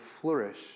flourish